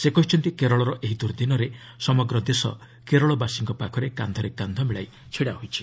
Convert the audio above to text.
ସେ କହିଛନ୍ତି କେରଳର ଏହି ଦୁର୍ଦ୍ଦିନରେ ସମଗ୍ର ଦେଶ କେରଳ ବାସୀଙ୍କ ପାଖରେ କାନ୍ଧରେ କାନ୍ଧ ମିଳାଇ ଛିଡ଼ାହୋଇଛି